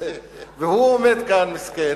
והוא עומד כאן, מסכן,